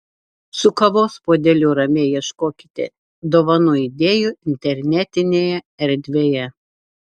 su kavos puodeliu ramiai ieškokite dovanų idėjų internetinėje erdvėje